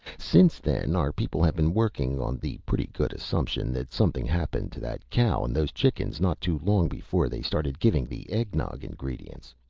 since then, our people have been working on the pretty good assumption that something happened to that cow and those chickens not too long before they started giving the eggnog ingredients.